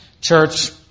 church